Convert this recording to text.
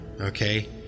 okay